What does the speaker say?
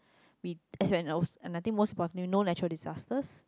we as in I was I think most importantly we no natural disasters